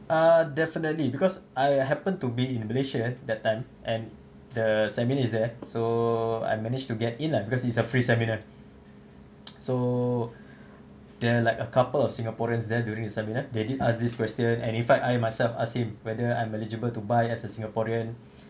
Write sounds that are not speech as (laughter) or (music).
uh definitely because I happened to be in malaysia that time and the seminar is there so I managed to get in lah because it's a free seminar (noise) so there are like a couple of singaporeans there during the seminar they did ask this question and in fact I myself ask him whether I'm eligible to buy as a singaporean (breath)